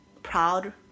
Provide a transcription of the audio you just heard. proud